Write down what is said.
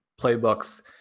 playbooks